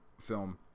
film